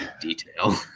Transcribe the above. detail